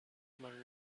man